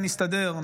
נסתדר,